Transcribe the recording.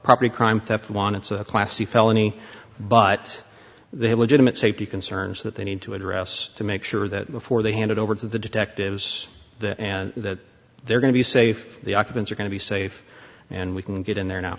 property crime theft wants a class c felony but they have legitimate safety concerns that they need to address to make sure that before they handed over to the detectives and that they're going to be safe the occupants are going to be safe and we can get in there now